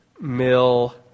Mill